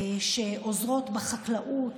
שעוזרות בחקלאות,